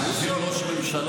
תתביישו.